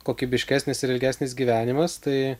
kokybiškesnis ir ilgesnis gyvenimas tai